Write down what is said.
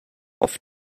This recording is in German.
oft